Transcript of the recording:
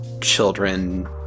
children